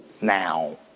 now